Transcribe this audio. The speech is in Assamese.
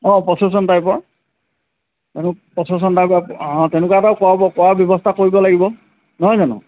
অঁ প্ৰচেচন টাইপৰ এইটো প্ৰচেচন টাইপৰ অঁ তেনেকুৱা এটা কৰাব কৰাৰ ব্যৱস্থা কৰিব লাগিব নহয় জানো